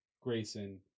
Grayson